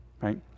Right